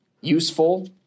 useful